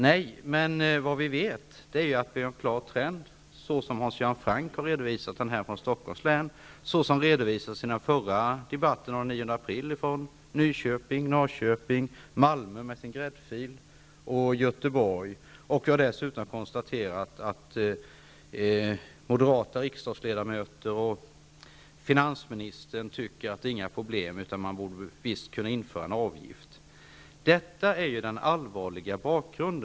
Nej, men vi vet att det finns en klar trend, som Hans Göran Franck har redovisat för Stockholms län och som redovisades i debatten den 9 april från Nyköping, Norrköping, Malmö -- med sin gräddfil -- och Göteborg. Vi har dessutom konstaterat att moderata riksdagsledamöter och finansministern tycker att det är inga problem utan att man visst borde kunna införa en avgift.